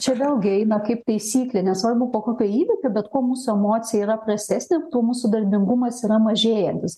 čia vėl gi eina kaip taisyklė nesvarbu po kokio įvykio bet kuo mūsų emocija yra prastesnė tuo mūsų darbingumas yra mažėjantis